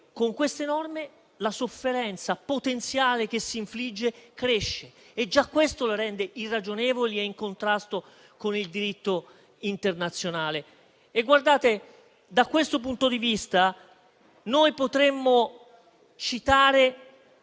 Con queste norme la sofferenza potenziale che si infligge cresce e già questo le rende irragionevoli e in contrasto con il diritto internazionale. Da questo punto di vista noi potremmo citare